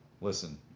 listen